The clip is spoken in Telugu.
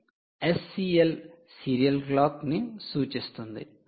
"SCL' ' 'serial clock' 'serial clock' ను సూచిస్తుంది